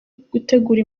gutegura